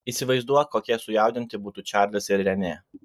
įsivaizduok kokie sujaudinti būtų čarlis ir renė